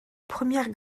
première